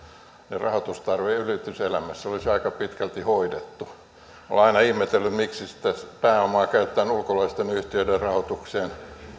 rahoitustarve yrityselämässä olisi aika pitkälti hoidettu olen aina ihmetellyt miksi sitä pääomaa käytetään ulkolaisten yhtiöiden rahoitukseen